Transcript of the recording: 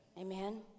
amen